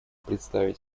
представить